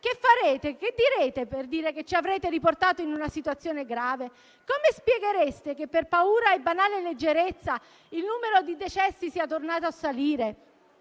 ai lavoratori tutti quando ci avrete riportato in una situazione grave? Come spieghereste che, per paura e banale leggerezza, il numero di decessi sia tornato a salire?